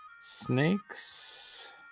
snakes